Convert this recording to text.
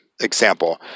example